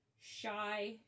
Shy